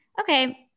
okay